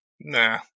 Nah